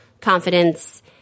confidence